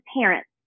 parents